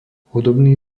hudobný